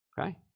Okay